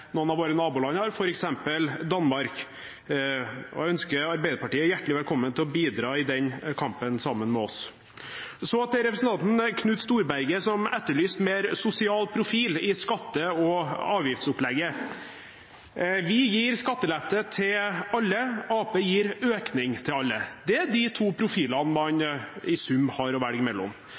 noen av våre naboland har, f.eks. Danmark, og jeg ønsker Arbeiderpartiet hjertelig velkommen til å bidra i den kampen sammen med oss. Så til representanten Knut Storberget, som etterlyste en mer sosial profil i skatte- og avgiftsopplegget. Vi gir skattelette til alle, Arbeiderpartiet gir økning til alle. Det er de to profilene man i sum har å velge mellom.